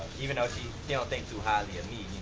even though she don't think too highly of me.